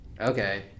Okay